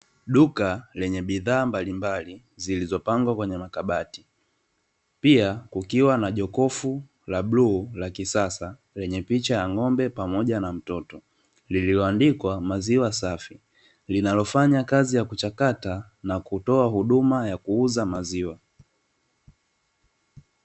Duka lenye bidhaa mbalimbali zilizopangwa kwenye makabati. Pia kukiwa na jokofu la bluu la kisasa lenye picha ya ng'ombe pamoja na mtoto lililo andikwa maziwa safi, linalofanya kazi ya kuchakata na kutoa huduma ya kuuza maziwa.